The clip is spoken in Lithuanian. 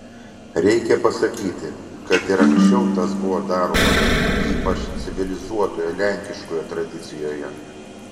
reikia pasakyti kad ir anksčiau tas buvo daroma ypač civilizuotoje lenkiškoje tradicijoje